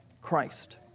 Christ